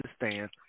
understand